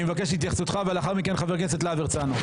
אני מבקש התייחסותך ולאחר מכן חבר הכנסת להב הרצנו.